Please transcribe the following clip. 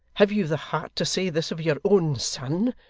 have you the heart to say this of your own son,